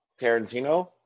Tarantino